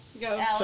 go